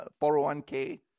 401k